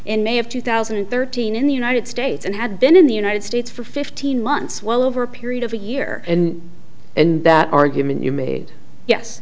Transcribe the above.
in may of two thousand and thirteen in the united states and had been in the united states for fifteen months well over a period of a year and that argument you made yes